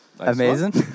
Amazing